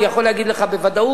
אני יכול להגיד לך בוודאות,